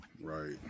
right